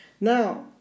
now